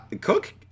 Cook